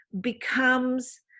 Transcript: becomes